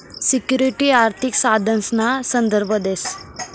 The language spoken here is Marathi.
सिक्युरिटी आर्थिक साधनसना संदर्भ देस